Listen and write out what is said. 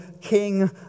king